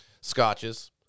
scotches